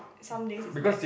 some days it's bad